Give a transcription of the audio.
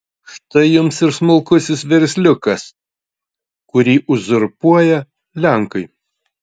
štai jums ir smulkusis versliukas kurį uzurpuoja lenkai